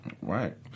Right